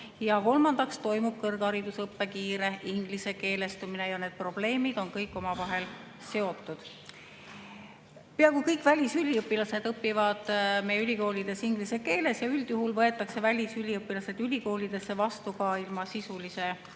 langenud ja toimub kõrgharidusõppe kiire ingliskeelestumine. Need probleemid on kõik omavahel seotud. Peaaegu kõik välisüliõpilased õpivad meie ülikoolides inglise keeles ja üldjuhul võetakse välisüliõpilased ülikoolidesse vastu ka ilma sisulise